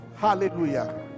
Hallelujah